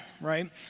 right